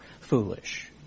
foolish